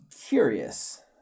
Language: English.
curious